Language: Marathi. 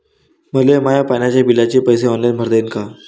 मले माया पाण्याच्या बिलाचे पैसे ऑनलाईन भरता येईन का?